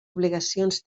obligacions